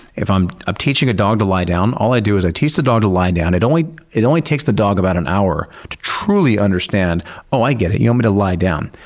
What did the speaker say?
if i'm i'm teaching a dog to lie down, all i do is i teach the dog to lie down. it only it only takes the dog about an hour to truly understand oh, i get it, you want me to lie down.